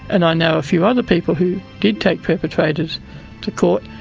and i know a few other people who did take perpetrators to court,